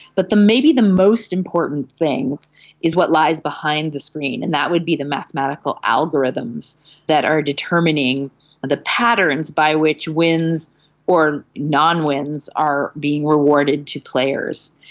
but maybe the most important thing is what lies behind the screen and that would be the mathematical algorithms that are determining the patterns by which wins or non-wins are being rewarded to players.